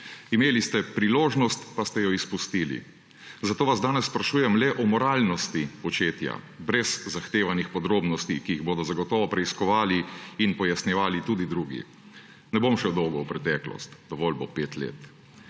Imeli ste priložnost, pa ste jo izpustili. Zato vas danes sprašujem le o moralnosti početja brez zahtevanih podrobnosti, ki jih bodo zagotovo preiskovali in pojasnjevali tudi drugi. Ne bom šel dolgo v preteklost, dovolj bo pet let,